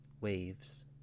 waves